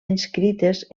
inscrites